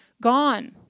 gone